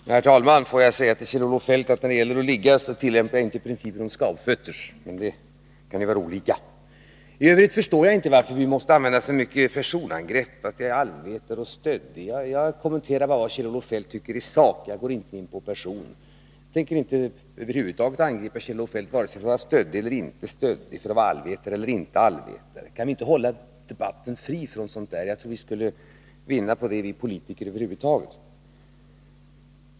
Herr talman! Jag brukar själv inte ligga skafföttes, men vanorna kan ju vara olika. Jag förstår inte varför det skall behöva vara så mycket av personangrepp — jag är allvetare, jag är stöddig. Jag kommenterar bara vad Kjell-Olof Feldt säger i sakfrågan, och jag tänker över huvud taget inte angripa Kjell-Olof Feldt för att vara vare sig stöddig eller allvetare. Kan vi inte hålla debatten fri från sådant? Jag tror att vi politiker skulle vinna på det.